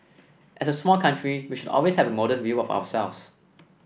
as a small country we should always have a modest view of ourselves